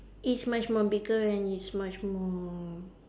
is much more bigger and is much more